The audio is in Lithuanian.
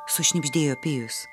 sušnibždėjo pijus